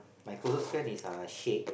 my closest friend is uh Shake